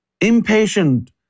impatient